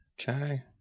Okay